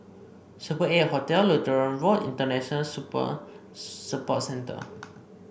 Super Eight Hotel Lutheran Road International Supper Support Centre